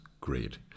great